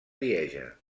lieja